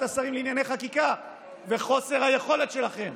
השרים לענייני חקיקה וחוסר היכולת שלכם